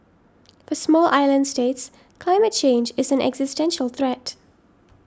for small island states climate change is an existential threat